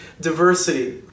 diversity